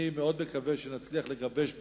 אני מאוד מקווה שנצליח לגבש,